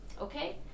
Okay